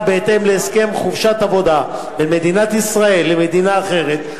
בהתאם להסכם חופשת עבודה בין מדינת ישראל למדינה אחרת,